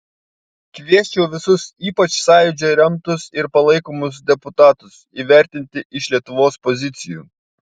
kviesčiau visus ypač sąjūdžio remtus ir palaikomus deputatus įvertinti iš lietuvos pozicijų